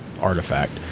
artifact